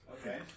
Okay